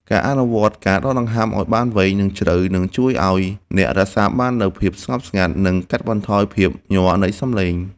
ការអនុវត្តការដកដង្ហើមឱ្យបានវែង និងជ្រៅ នឹងជួយឱ្យអ្នករក្សាបាននូវភាពស្ងប់ស្ងាត់ និងកាត់បន្ថយភាពញ័រនៃសម្លេង។